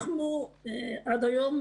אנחנו עד היום,